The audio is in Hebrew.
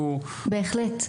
בהחלט.